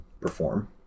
perform